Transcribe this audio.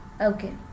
Okay